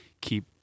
keep